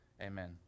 Amen